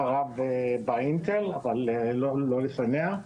אחריו באה אינטל אבל לא לפניה.